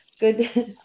good